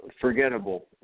forgettable